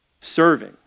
serving